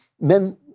men